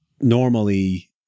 normally